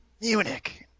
Munich